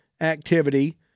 activity